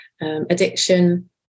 Addiction